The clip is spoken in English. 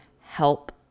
help